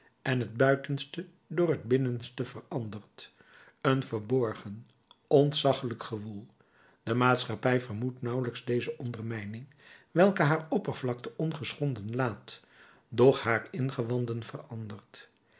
en het buitenste door het binnenste verandert een verborgen ontzaggelijk gewoel de maatschappij vermoedt nauwelijks deze ondermijning welke haar oppervlakte ongeschonden laat doch haar ingewanden verandert